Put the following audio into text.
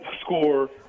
score